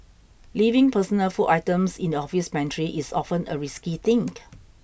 leaving personal food items in the office pantry is often a risky thing